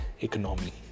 economy